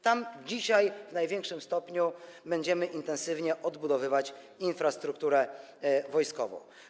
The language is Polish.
Tam dzisiaj w największym stopniu będziemy intensywnie odbudowywać infrastrukturę wojskową.